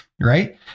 Right